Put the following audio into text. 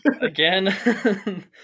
Again